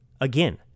Again